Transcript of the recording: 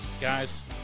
Guys